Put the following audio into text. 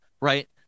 right